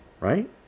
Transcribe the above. right